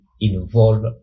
involve